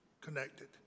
connected